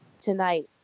tonight